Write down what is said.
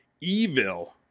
Evil